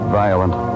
violent